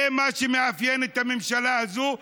זה מה שמאפיין את הממשלה הזאת,